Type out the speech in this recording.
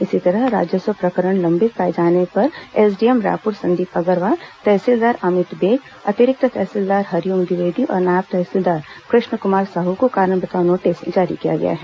इसी तरह राजस्व प्रकरण लंबित पाए जाने पर एसडीएम रायपुर संदीप अग्रवाल तहसीलदार अमित बेग अतिरिक्त तहसीलदार हरिओम द्विवेदी और नायब तहसीलदार कृष्ण कुमार साहू को कारण बताओ नोटिस जारी किया गया है